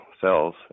cells